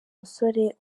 musore